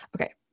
okay